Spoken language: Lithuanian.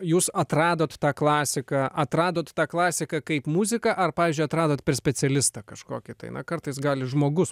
jūs atradot tą klasiką atradot tą klasiką kaip muziką ar pavyzdžiui atradot per specialistą kažkokį tai na kartais gali žmogus